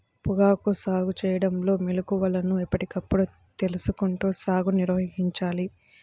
పొగాకు సాగు చేయడంలో మెళుకువలను ఎప్పటికప్పుడు తెలుసుకుంటూ సాగుని నిర్వహించాలి